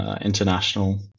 International